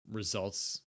results